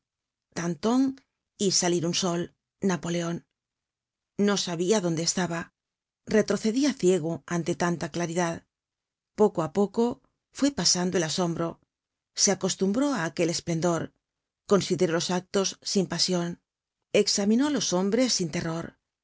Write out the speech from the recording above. danton y salir un sol napoleon no sabia donde estaba retrocedia ciego ante tanta claridad poco á poco fue pasando el asombro se acostumbró á quel esplendor consideró los actos sin pasion examinó á los hombres sin terror